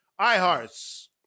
iHearts